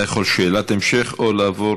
אתה יכול, שאלת המשך או לעבור